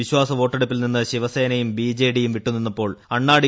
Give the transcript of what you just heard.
വിശ്വാസ വോട്ടെടുപ്പിൽ നിന്ന് ശിവസേനയും ബി ജെ ഡിയും വിട്ടുനിന്നപ്പോൾ അണ്ണാ ഡി